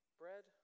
bread